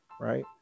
right